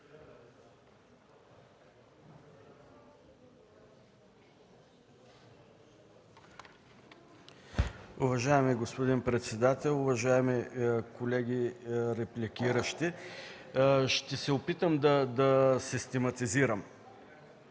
Уважаеми господин председател, уважаеми колеги репликиращи! Ще се опитам да систематизирам.